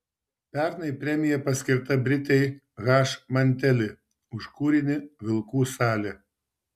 pernai premija paskirta britei h manteli už kūrinį vilkų salė